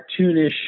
cartoonish